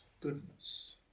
goodness